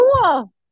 cool